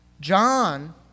John